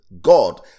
God